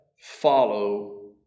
Follow